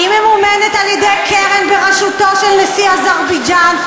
והיא ממומנת על-ידי קרן בראשותו של נשיא אזרבייג'ן.